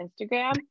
Instagram